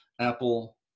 Apple